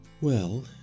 Well